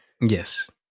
Yes